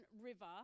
River